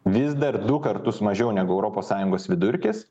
vis dar du kartus mažiau negu europos sąjungos vidurkis